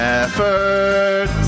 effort